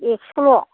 एख्स'ल'